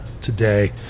today